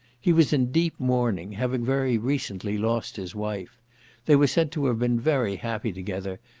he was in deep mourning, having very recently lost his wife they were said to have been very happy together,